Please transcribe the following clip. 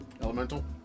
Elemental